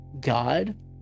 god